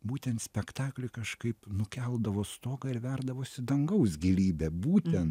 būtent spektakliui kažkaip nukeldavo stogą ir verdavosi dangaus gilybė būtent